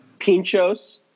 pinchos